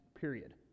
period